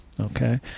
Okay